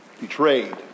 betrayed